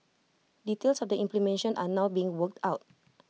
details of the implementation are now being worked out